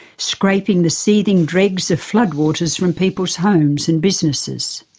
scraping the seething dregs of floodwaters from people's homes and businesses.